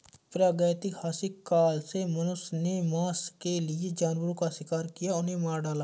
प्रागैतिहासिक काल से मनुष्य ने मांस के लिए जानवरों का शिकार किया, उन्हें मार डाला